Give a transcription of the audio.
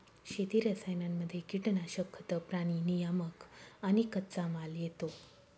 शेती रसायनांमध्ये कीटनाशक, खतं, प्राणी नियामक आणि कच्चामाल येतो